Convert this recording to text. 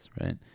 right